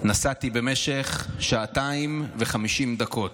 נסעתי במשך שעתיים ו-50 דקות.